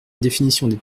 définition